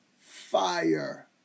fire